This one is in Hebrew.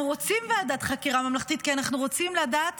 רוצים ועדת חקירה ממלכתית כי אנחנו רוצים לדעת